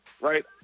right